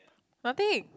nothing